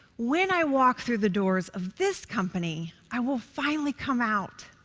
when i walk through the doors of this company, i will finally come out.